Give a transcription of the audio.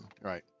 Right